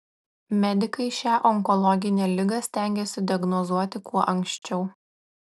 medikai šią onkologinę ligą stengiasi diagnozuoti kuo anksčiau